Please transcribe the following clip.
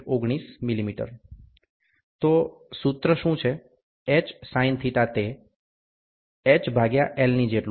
19 mm તો સૂત્ર શું છે sinθ તે h ભાગ્યા L ની જેટલું છે